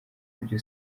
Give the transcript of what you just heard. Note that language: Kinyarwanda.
byo